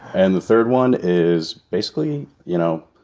and the third one is basically, you know